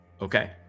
Okay